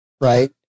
right